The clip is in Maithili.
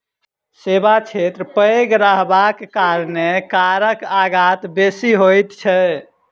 सेवा क्षेत्र पैघ रहबाक कारणेँ करक आगत बेसी होइत छै